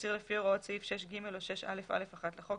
תצהיר לפי הוראות סעיף 6(ג) או 6א(א1) לחוק,